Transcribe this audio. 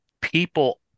people